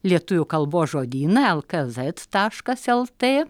lietuvių kalbos žodyną el ka zet taškas el t